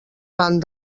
van